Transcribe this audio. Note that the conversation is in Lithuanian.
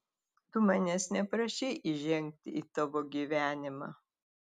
tu manęs neprašei įžengti į tavo gyvenimą